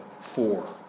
four